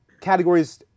categories